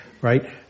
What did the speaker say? right